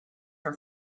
for